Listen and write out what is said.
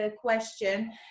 question